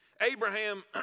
Abraham